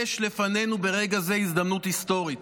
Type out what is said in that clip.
יש לפנינו ברגע זה הזדמנות היסטורית.